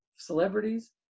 celebrities